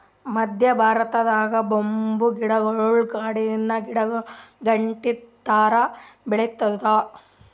ಮದ್ಯ ಭಾರತದಾಗ್ ಬಂಬೂ ಗಿಡಗೊಳ್ ಕಾಡಿನ್ ಗಿಡಾಗಂಟಿ ಥರಾ ಬೆಳಿತ್ತಿದ್ವು